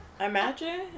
imagine